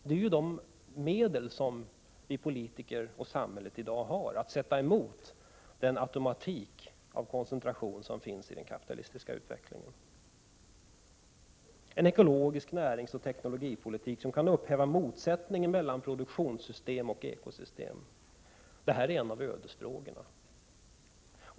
Det är de medel som vi politiker och samhället i dag har att sätta emot den automatik och koncentration som finns i den kapitalistiska utvecklingen. En ekologisk näringsoch teknologipolitik, som kan upphäva motsättningen mellan produktionssystem och ekosystem, är en av ödesfrågorna.